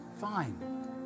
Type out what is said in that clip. fine